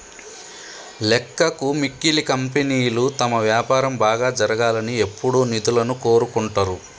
లెక్కకు మిక్కిలి కంపెనీలు తమ వ్యాపారం బాగా జరగాలని ఎప్పుడూ నిధులను కోరుకుంటరు